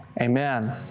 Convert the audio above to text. Amen